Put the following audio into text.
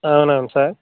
అవునవును సార్